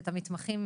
את המתמחים.